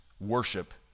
worship